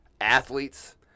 athletes